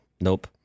nope